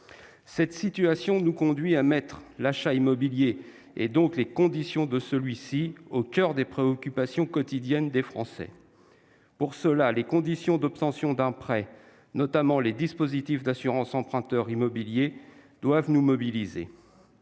Cette situation nous conduit à envisager l'achat immobilier comme étant au coeur des préoccupations quotidiennes des Français. Par conséquent, les conditions d'obtention d'un prêt, notamment les dispositifs d'assurance emprunteur immobilier, doivent nous mobiliser.